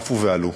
צפו ועלו.